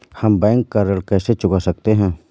हम बैंक का ऋण कैसे चुका सकते हैं?